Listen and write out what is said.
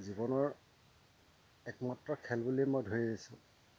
জীৱনৰ একমাত্ৰ খেল বুলিয়েই মই ধৰি আহিছোঁ